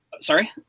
Sorry